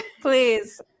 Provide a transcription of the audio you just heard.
Please